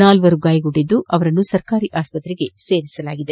ನಾಲ್ವರು ಗಾಯಗೊಂಡಿದ್ದು ಅವರನ್ನು ಸರ್ಕಾರಿ ಆಸ್ಪತ್ರೆಗೆ ದಾಖಲಿಸಲಾಗಿದೆ